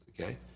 okay